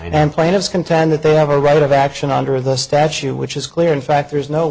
and plaintiffs contend that they have a right of action under the statute which is clear in fact there's no